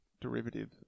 derivative